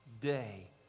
day